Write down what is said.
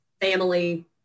family